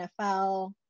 NFL